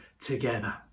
together